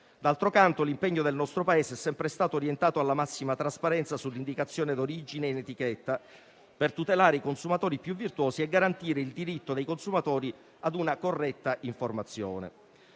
D'altro canto, l'impegno del nostro Paese è sempre stato orientato alla massima trasparenza sull'indicazione di origine in etichetta per tutelare i consumatori più virtuosi e garantire il diritto dei consumatori a una corretta informazione.